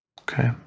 Okay